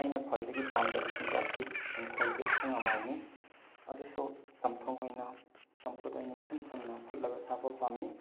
ꯑꯩꯅ ꯈ꯭ꯋꯥꯏꯗꯒꯤ ꯄꯥꯝꯖꯕ ꯆꯤꯟꯖꯥꯛꯇꯤ ꯏꯪꯈꯣꯜꯒꯤ ꯑꯁꯪ ꯑꯃꯥꯜꯅꯤ ꯑꯗꯨꯁꯨ ꯆꯝꯊꯣꯡ ꯑꯣꯏꯅ ꯆꯝꯐꯨꯠ ꯑꯣꯏꯅ ꯏꯆꯝ ꯆꯝꯅ ꯐꯨꯠꯂꯒ ꯆꯥꯕ ꯄꯥꯝꯃꯤ